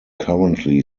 currently